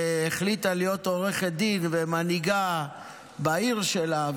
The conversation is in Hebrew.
והחליטה להיות עורכת דין ומנהיגה בעיר שלה,